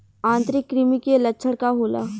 आंतरिक कृमि के लक्षण का होला?